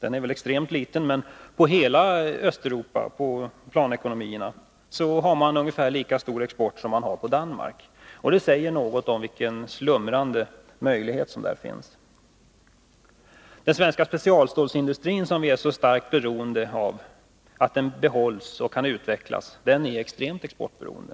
även om den väl är extremt liten. Man har där ungefär lika stor export till samtliga öststatsekonomier som på Danmark. Det säger något om vilka slumrande möjligheter som finns på handelsstålsområdet. Den svenska specialstålsindustrin, som vi är så starkt beroende av att behålla och kunna utveckla, är extremt exportberoende.